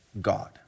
God